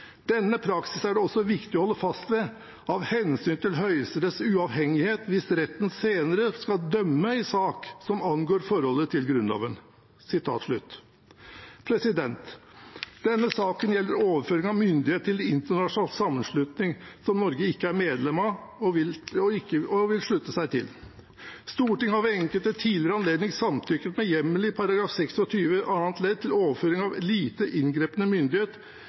er det også viktig å holde fast ved av hensyn til Høyesteretts uavhengighet hvis retten senere skal dømme i sak som angår forholdet til Grunnloven.» Denne saken gjelder overføring av myndighet til en internasjonal sammenslutning som Norge ikke er medlem av og ikke vil slutte seg til. Stortinget har ved enkelte tidligere anledninger samtykket med hjemmel i § 26 annet ledd til overføring av lite inngripende myndighet